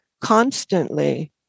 constantly